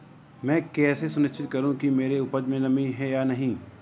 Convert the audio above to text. मैं कैसे सुनिश्चित करूँ कि मेरी उपज में नमी है या नहीं है?